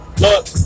Look